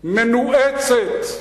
מנואצת,